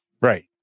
Right